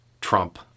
Trump